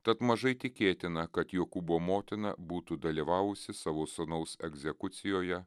tad mažai tikėtina kad jokūbo motina būtų dalyvavusi savo sūnaus egzekucijoje